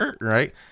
right